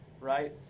right